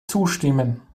zustimmen